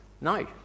no